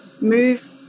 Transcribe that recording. move